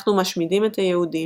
אנחנו משמידים את היהודים,